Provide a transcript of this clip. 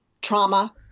trauma